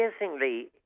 amazingly